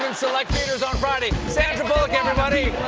select theaters on friday. sandra bullock, everybody!